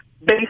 based